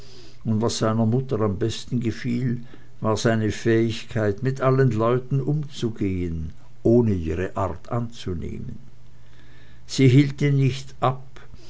und was seiner mutter am besten gefiel war seine fähigkeit mit allen leuten umzugehen ohne ihre art anzunehmen sie hielt ihn nicht ab